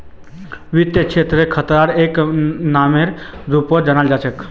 वित्त क्षेत्रत खतराक एक नामेर रूपत जाना जा छे